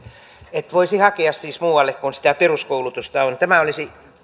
voisi hakea siis muualle kuin miltä sitä peruskoulutusta on tämä olisi